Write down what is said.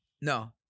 No